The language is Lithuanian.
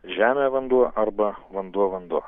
žemė vanduo arba vanduo vanduo